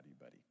buddy